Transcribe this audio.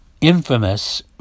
infamous